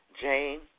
Jane